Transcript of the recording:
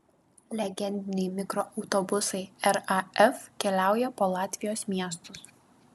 legendiniai mikroautobusai raf keliauja po latvijos miestus